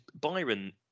Byron